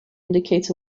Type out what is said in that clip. indicates